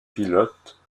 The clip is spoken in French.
pilotes